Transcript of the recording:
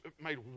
made